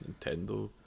Nintendo